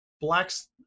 Black's